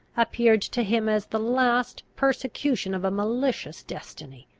appeared to him as the last persecution of a malicious destiny.